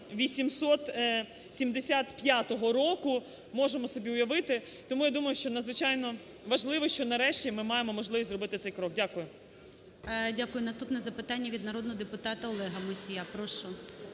1875 року, можемо собі уявити. Тому я думаю, що надзвичайно важливо, що нарешті ми маємо можливість зробити цей крок. Дякую. ГОЛОВУЮЧИЙ. Дякую. Наступне запитання від народного депутата Олега Мусія. Прошу.